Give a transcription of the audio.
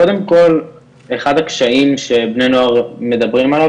קודם כל אחד הקשיים שבני נוער מדברים עליו